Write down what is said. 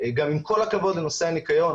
עם כל הכבוד לנושא הניקיון,